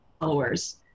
followers